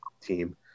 team